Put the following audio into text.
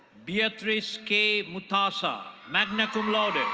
beatrice k mutasa, magna cum laude.